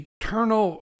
eternal